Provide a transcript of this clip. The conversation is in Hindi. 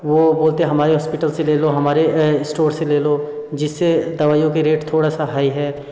वो बोलते हमारे हॉस्पिटल से ले लो हमारे इस्टोर से ले लो जिससे दवाईयों के रेट थोड़ा सा हाय है